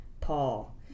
Paul